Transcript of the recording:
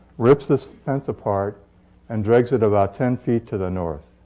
rips this fence apart and drags it about ten feet to the north.